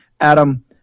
Adam